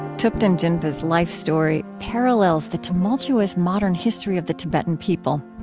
thupten jinpa's life story parallels the tumultuous modern history of the tibetan people.